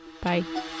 Bye